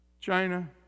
China